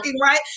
right